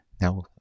Now